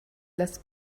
less